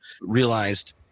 realized